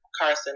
Carson